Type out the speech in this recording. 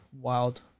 wild